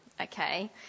okay